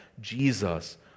Jesus